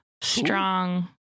Strong